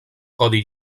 codi